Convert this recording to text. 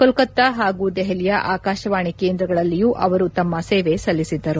ಕೋಲ್ಕತ್ತಾ ಹಾಗೂ ದೆಹಲಿಯ ಆಕಾಶವಾಣಿ ಕೇಂದ್ರಗಳಲ್ಲಿಯೂ ಅವರು ತಮ್ನ ಸೇವೆ ಸಲ್ಲಿಸಿದ್ದರು